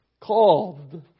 called